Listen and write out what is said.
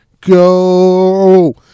go